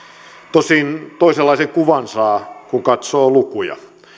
tosin toisenlaisen kuvan saa kun katsoo lukuja